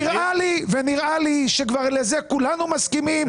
נראה לי שכבר לזה כולנו מסכימים.